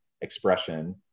expression